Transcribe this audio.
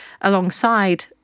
alongside